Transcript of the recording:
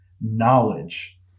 knowledge